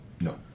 No